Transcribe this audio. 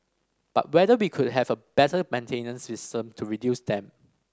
but whether we could have a better maintenance system to reduce them